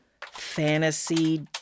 fantasy